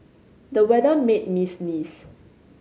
the weather made me sneeze